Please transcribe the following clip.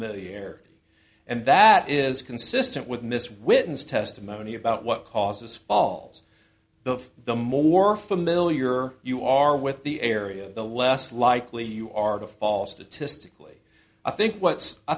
familiarity and that is consistent with mis witness testimony about what causes falls of the more familiar you are with the area the less likely you are to fall statistically i think what's i